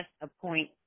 appoint